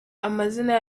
amazina